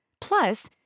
Plus